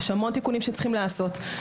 יש המון תיקונים שצריכים לעשות.